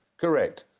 correct.